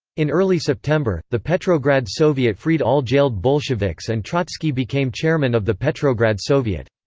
in early september, the petrograd soviet freed all jailed bolsheviks and trotsky became chairman of the petrograd soviet.